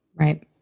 right